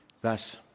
Thus